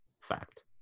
fact